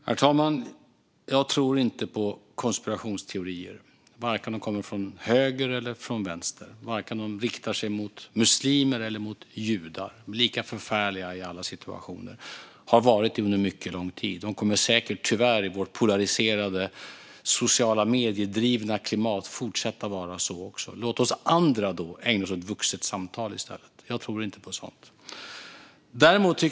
Herr talman! Jag tror inte på konspirationsteorier vare sig från höger eller vänster och vare sig de riktar sig mot muslimer eller judar. De är lika förfärliga i alla situationer och har varit det under mycket lång tid, och i vårt polariserade sociala medier-drivna klimat kommer de nog tyvärr att fortsätta att vara det. Låt oss andra i stället ägna oss åt vuxet samtal.